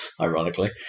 ironically